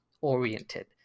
oriented